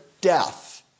death